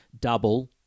double